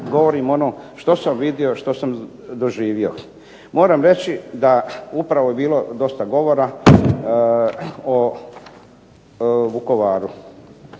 govorim ono što sam vidio, što sam doživio. Moram reći da upravo je bilo dosta govora o Vukovaru.